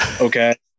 Okay